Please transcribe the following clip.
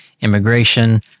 immigration